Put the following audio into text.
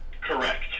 Correct